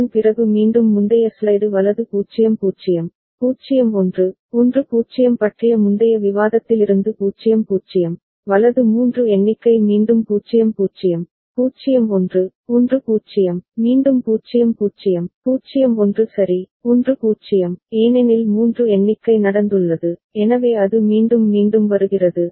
அதன் பிறகு மீண்டும் முந்தைய ஸ்லைடு வலது 0 0 0 1 1 0 பற்றிய முந்தைய விவாதத்திலிருந்து 0 0 வலது 3 எண்ணிக்கை மீண்டும் 0 0 0 1 1 0 மீண்டும் 0 0 0 1 சரி 1 0 ஏனெனில் 3 எண்ணிக்கை நடந்துள்ளது எனவே அது மீண்டும் வருகிறது